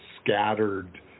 scattered